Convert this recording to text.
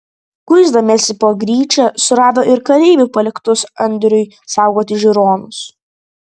kuisdamiesi po gryčią surado ir kareivių paliktus andriui saugoti žiūronus